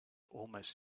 almost